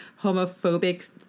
homophobic